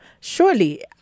Surely